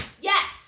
Yes